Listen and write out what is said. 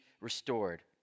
restored